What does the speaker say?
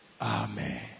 Amen